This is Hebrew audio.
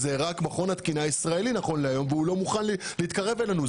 זה נכון להיום רק מכון התקינה הישראלי והוא לא מוכן להתקרב אלינו.